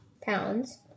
pounds